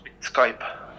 Skype